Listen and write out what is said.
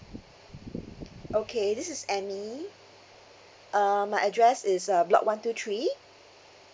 okay this is amy um my address is uh block one two three